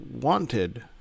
wanted